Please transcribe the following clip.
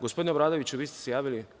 Gospodine Obradoviću, vi ste se javili.